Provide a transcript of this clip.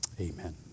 Amen